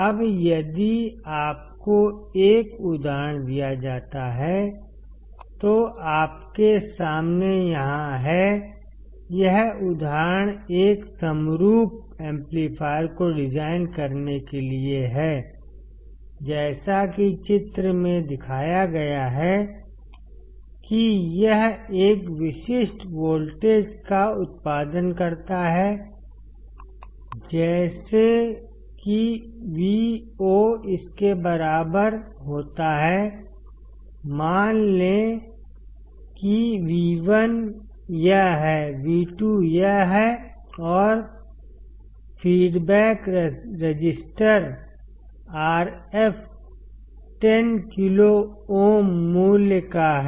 अब यदि आपको एक उदाहरण दिया जाता है जो आपके सामने यहाँ है यह उदाहरण एक समरूप एम्पलीफायर को डिजाइन करने के लिए है जैसा कि चित्र में दिखाया गया है कि यह एक विशिष्ट वोल्टेज का उत्पादन करता है जैसे कि Vo इसके बराबर होता है मान लें कि V1 यह है V2 यह है और feedback resistor RF 10 kilo ohm मूल्य का है